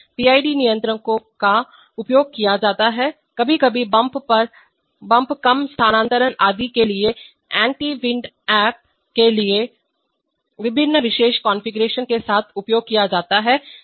PID नियंत्रकों का उपयोग किया जाता है कभी कभी बम्प कम स्थानांतरण आदि के लिए एंटी विंड अप के लिए विभिन्न विशेष कॉन्फ़िगरेशन के साथ उपयोग किया जाता है